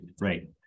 right